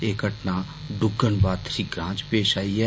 एह् घटना डुग्गन बाथरी ग्रां च पेष आई ऐ